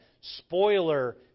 spoiler